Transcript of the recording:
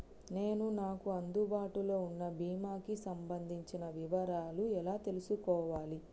నేను నాకు అందుబాటులో ఉన్న బీమా కి సంబంధించిన వివరాలు ఎలా తెలుసుకోవాలి?